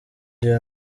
iyo